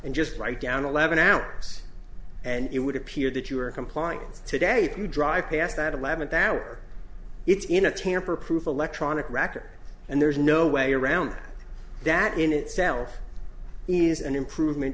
and just write down eleven hours and it would appear that you are compliance today you drive past that eleventh hour it's in a tamper proof electronic record and there's no way around that in itself is an improvement